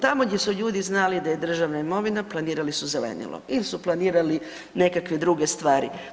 Tamo gdje su ljudi znali da je državna imovina planirali su zelenilo ili su planirali nekakve druge stvari.